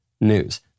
news